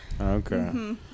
Okay